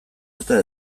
eta